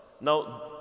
Now